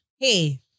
Hey